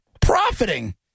profiting